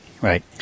right